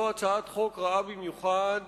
זו הצעת חוק רעה במיוחד,